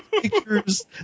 pictures